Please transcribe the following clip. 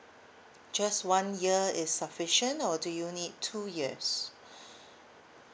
just one year is sufficient or do you need two years